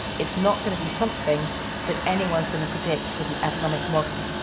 it's not going to be something that anyone's going to predict with an economic model.